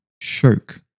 shirk